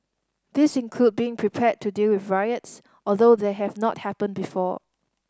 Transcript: these include being prepared to deal with riots although they have not happened before